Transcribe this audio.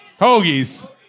Hoagies